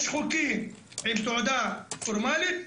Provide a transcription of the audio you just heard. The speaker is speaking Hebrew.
יש חוקים עם תעודה פורמלית,